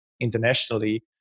internationally